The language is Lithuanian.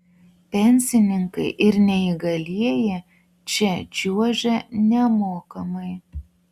pensininkai ir neįgalieji čia čiuožia nemokamai